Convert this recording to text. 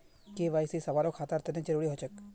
KYC सभारो खातार तने जरुरी ह छेक